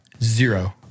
Zero